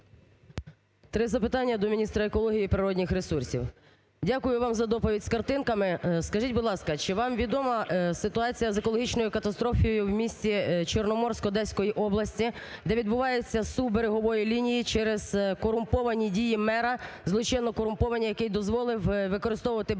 Три запитання до міністра екології і природніх ресурсів. Дякую вам за доповідь з картинками. Скажіть, будь ласка, чи вам відома ситуація з екологічною катастрофою в місті Чорноморськ Одеської області, де відбувається зсув берегової лінії через корумповані дії мера, злочинно корумповані, який дозволив використовувати приберегову